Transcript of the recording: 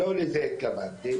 לא לזה התכוונתי,